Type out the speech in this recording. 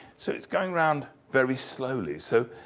so, it's going around very slowly. so,